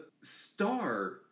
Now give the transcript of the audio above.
Star